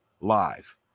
live